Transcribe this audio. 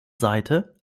seite